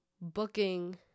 booking